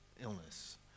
illness